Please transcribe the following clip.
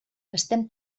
estem